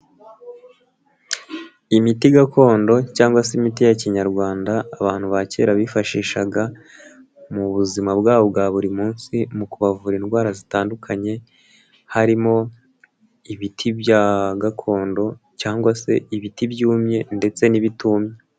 Imiti gakondo cyangwa se imiti ya kinyarwanda abantu ba kera bifashishaga mu buzima bwabo bwa buri munsi mu kubavura indwara zitandukanye, harimo ibiti bya gakondo cyangwa se ibiti byumye ndetse n'ibitumye.